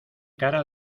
cara